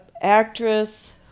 actress